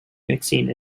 mixing